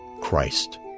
Christ